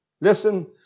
listen